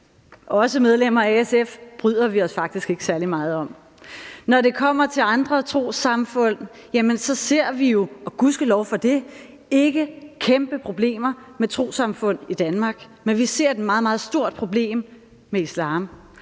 medlemmer af SF, bryder vi os faktisk ikke særlig meget om. Når det kommer til andre trossamfund, ser vi jo ikke – og gudskelov for det – kæmpe problemer med trossamfund i Danmark, men vi ser et meget, meget stort problem med islam.